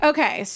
Okay